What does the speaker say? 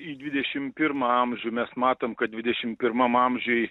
į dvidešim pirmą amžių mes matom kad dvidešim pirmam amžiuj